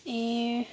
ए